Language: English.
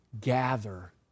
gather